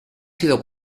sido